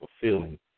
fulfilling